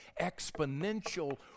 exponential